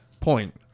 point